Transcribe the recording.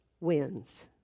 wins